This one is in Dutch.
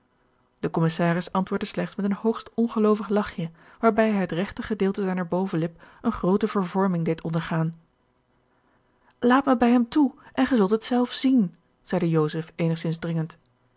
de commissaris antwoordde slechts met een hoogst ongeloovig lachje waarbij hij het regter gedeelte zijner bovenlip eene groote vervorming deed ondergaan laat mij bij hem toe en gij zult het zelf zien zeide joseph eenigzins dringend